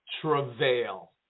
travail